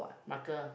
marker